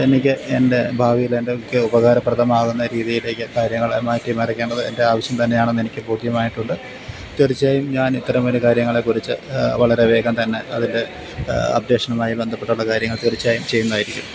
എനിക്ക് എൻ്റെ ഭാവിയിലെൻ്റെ എനിക്ക് ഉപകാരപ്രദമാക്ന്ന രീതീലേയ്ക്ക് കാര്യങ്ങൾ മാറ്റി മറിക്കേണ്ടത് എൻ്റെ ആവശ്യം തന്നെയാണെന്ന് എനിക്ക് ബോധ്യമായിട്ടുണ്ട് തീർച്ചയായും ഞാൻ ഇത്തരമൊര് കാര്യങ്ങളെക്കുറിച്ച് വളരെ വേഗം തന്നെ അതിൻ്റെ അപ്ഡേഷനുമായി ബന്ധപ്പെട്ടൊള്ള കാര്യങ്ങൾ തീർച്ചയായും ചെയ്യ്ന്നതായിരിക്കും